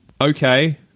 okay